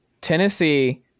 Tennessee